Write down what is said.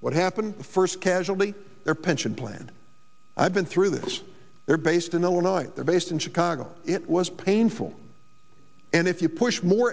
what happened the first casualty their pension plan i've been through this they're based in illinois they're based in chicago it was painful and if you push more